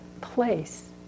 place